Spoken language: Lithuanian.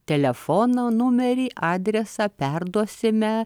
telefono numerį adresą perduosime